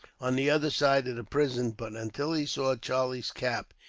on the other side of the prison but until he saw charlie's cap,